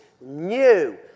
new